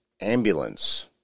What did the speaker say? Ambulance